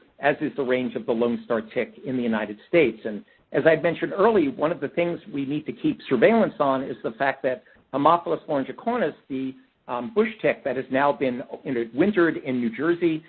as is the range of the lone star tick in the united states. and as i had mentioned early, one of the things we need to keep surveillance on is the fact that haemaphysalis longicornis, the bush tick that has now been in the-wintered in new jersey,